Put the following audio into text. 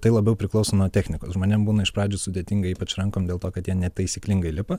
tai labiau priklauso nuo technikos žmonėm būna iš pradžių sudėtinga ypač rankom dėl to kad jie netaisyklingai lipa